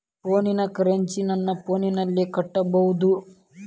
ಫೋನಿನ ಕರೆನ್ಸಿ ನನ್ನ ಫೋನಿನಲ್ಲೇ ಕಟ್ಟಬಹುದು?